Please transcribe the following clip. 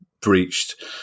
breached